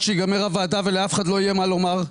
שתיגמר הוועדה ולאף אחד לא יהיה מה לומר,